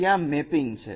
તેથી ત્યાં મેપિંગ છે